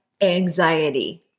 anxiety